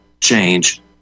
change